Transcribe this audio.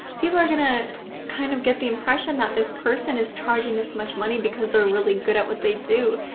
people are gonna kind of get the impression that this person is charging this much money because they're really good at what they do,